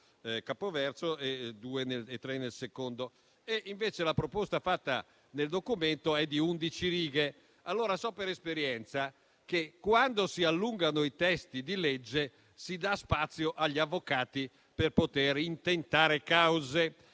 capoverso e tre nel secondo. Invece, la proposta fatta nel documento è di undici righe. Io so per esperienza che, quando si allungano i testi di legge, si dà spazio agli avvocati per poter intentare cause.